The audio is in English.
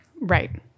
Right